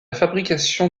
fabrication